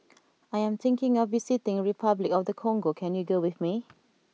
I am thinking of visiting Repuclic of the Congo can you go with me